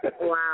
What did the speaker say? Wow